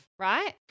right